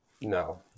no